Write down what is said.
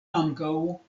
ankaŭ